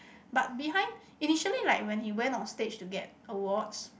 but behind initially like went he went on stage to get awards